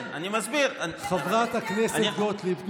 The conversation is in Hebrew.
עם ישראל, חברת הכנסת גוטליב.